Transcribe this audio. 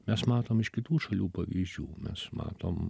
mes matom iš kitų šalių pavyzdžių mes matom